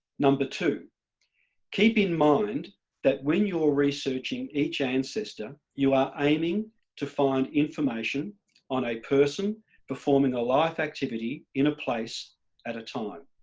number two keep in mind that when you're researching each ancestor, you are aiming to find information on a person performing a life activity in a place at a time.